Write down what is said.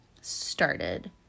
started